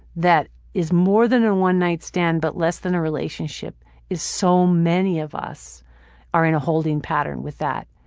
that is more than a and one night stand but less than a relationship is so many of us are in a holding pattern with that.